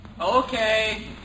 Okay